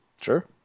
Sure